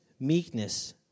Meekness